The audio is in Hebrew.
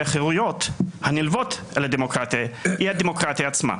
החרויות הנלוות לדמוקרטיה היא הדמוקרטיה עצמה.